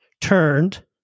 turned